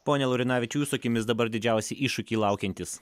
pone laurinavičiau jūsų akimis dabar didžiausi iššūkiai laukiantys